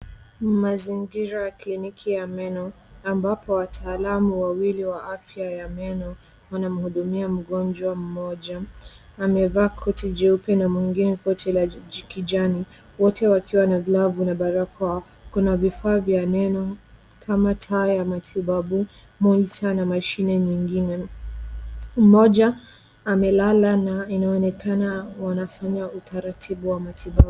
Ni mazingira ya kliniki ya meno, ambapo wataalamu wawili wa afya ya meno wanamhudumia mgonjwa mmoja, amevaa koti jeupe na mwingine koti la kijani wote wakiwa na glavu na barakoa. Kuna vifaa vya meno kama taa ya matibabu,[monitor] na mashine mengine. Mmoja amelala na inaonekana wanafanya utaratibu wa matibabu.